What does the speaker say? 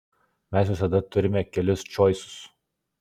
mes visada turime kelis čoisus